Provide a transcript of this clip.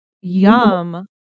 Yum